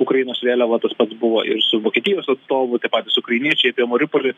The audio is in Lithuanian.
ukrainos vėliavą tas pats buvo ir su vokietijos atstovu tie patys ukrainiečiai apie mariupolį